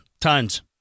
tons